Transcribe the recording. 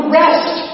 rest